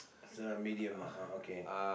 so medium uh ah okay